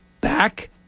back